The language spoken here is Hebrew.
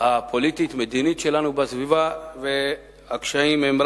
הפוליטית-המדינית שלנו בסביבה, והקשיים רק